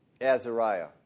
Azariah